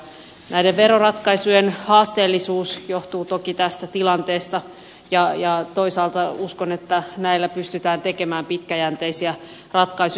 näiden veroratkaisujen haasteellisuus johtuu toki tästä tilanteesta ja toisaalta uskon että näillä pystytään tekemään pitkäjänteisiä ratkaisuja